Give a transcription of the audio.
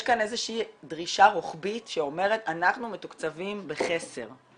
יש כאן איזושהי דרישה רוחבית שאומרת אנחנו מתוקצבים בחסר.